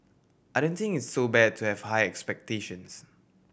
I don't think it's so bad to have high expectations